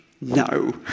no